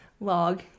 log